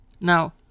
Now